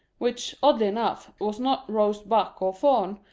which, oddly enough, was not roast buck or fawn,